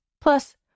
Plus